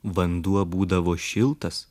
vanduo būdavo šiltas